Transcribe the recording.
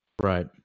Right